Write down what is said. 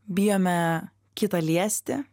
bijome kitą liesti